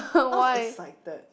I was excited